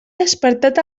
despertat